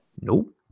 Nope